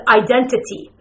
identity